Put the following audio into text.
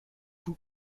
vous